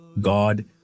God